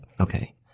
Okay